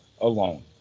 alone